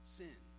sin